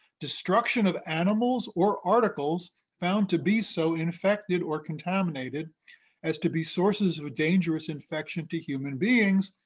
destruction of animals or articles found to be so infected or contaminated as to be sources of dangerous infection to human beings,